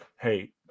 Hey